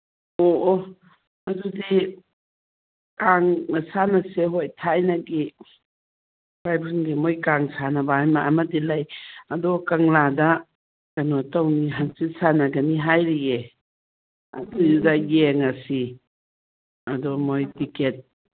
ꯑꯣ ꯑꯣ ꯑꯗꯨꯗꯤ ꯀꯥꯡ ꯃꯁꯥꯟꯅꯁꯦ ꯍꯣꯏ ꯊꯥꯏꯅꯒꯤ ꯏꯄꯥ ꯏꯄꯨꯁꯤꯡꯒꯤ ꯃꯣꯏ ꯀꯥꯡ ꯁꯥꯟꯅꯕ ꯍꯥꯏꯕ ꯑꯃꯗꯤ ꯂꯩ ꯑꯗꯣ ꯀꯪꯂꯥꯗ ꯀꯩꯅꯣ ꯇꯧꯅꯤ ꯍꯪꯆꯤꯠ ꯁꯥꯟꯅꯒꯅꯤ ꯍꯥꯏꯔꯤꯌꯦ ꯑꯗꯨꯗ ꯌꯦꯡꯉꯁꯤ ꯑꯗꯣ ꯃꯣꯏ ꯇꯤꯀꯦꯠ